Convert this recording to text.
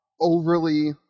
overly